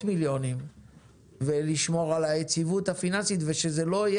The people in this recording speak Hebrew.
מיליוני שקלים ולשמור על היציבות הפיננסית ושזאת לא תהיה